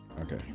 Okay